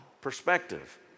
perspective